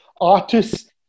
artists